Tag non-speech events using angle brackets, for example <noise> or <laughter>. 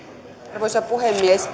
arvoisa puhemies <unintelligible>